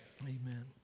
Amen